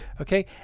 Okay